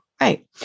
Right